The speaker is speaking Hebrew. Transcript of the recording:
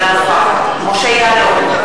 אינה נוכחת משה יעלון,